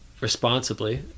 responsibly